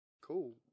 cool